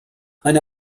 eine